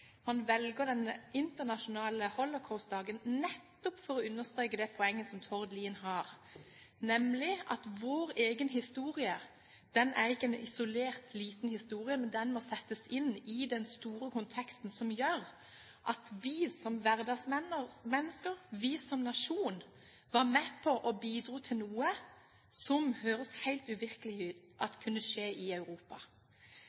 å understreke poenget som Tord Lien har, nemlig at vår egentlige historie ikke er en isolert, liten historie, men må settes inn i den store konteksten som gjør at vi som hverdagsmennesker, vi som nasjon, var med på og bidro til noe som det høres helt uvirkelig